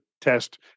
test